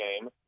game